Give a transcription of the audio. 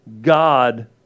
God